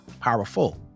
powerful